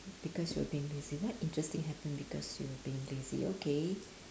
because you were being lazy what interesting happen because you were being lazy okay